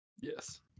Yes